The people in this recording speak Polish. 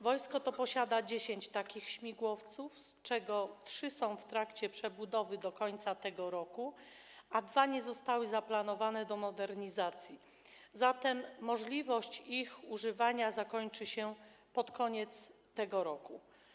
Wojsko to posiada 10 takich śmigłowców, z czego trzy są w trakcie przebudowy, która potrwa do końca tego roku, a dwa nie zostały zaplanowane do modernizacji, zatem możliwość ich używania zakończy się pod koniec tego roku.